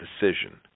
decision